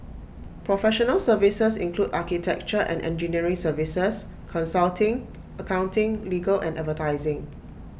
professional services include architecture and engineering services consulting accounting legal and advertising